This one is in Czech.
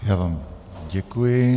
Já vám děkuji.